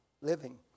living